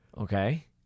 Okay